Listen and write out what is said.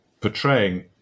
portraying